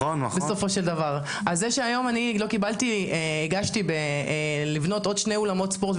זה שהיום הגשתי בקשה לבנות עוד שני אולמות ספורט,